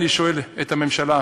אני שואל את הממשלה,